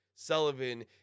Sullivan